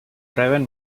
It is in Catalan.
reben